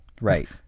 Right